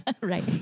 Right